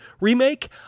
remake